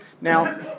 Now